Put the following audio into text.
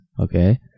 okay